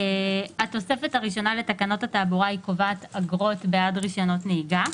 התוספת הראשונה לתקנות התעבורה קובעת אגרות בעד רישיונות נהיגה.